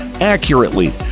accurately